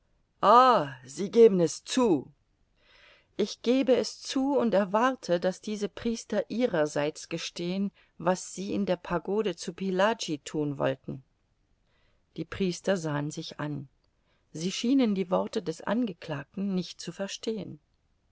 sie geben es zu ich gebe es zu und erwarte daß diese priester ihrerseits gestehen was sie in der pagode zu pillaji thun wollten die priester sahen sich an sie schienen die worte des angeklagten nicht zu verstehen